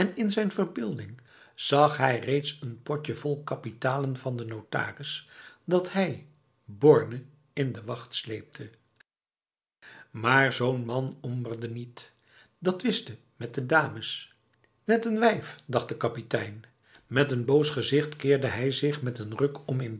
in zijn verbeelding zag hij reeds n potje vol kapitalen van de notaris dat hij borne in de wacht sleepte'l maar zo'n man homberde niet dat whistte met de dames net n wijf dacht de kapitein met n boos gezicht keerde hij zich met n ruk om in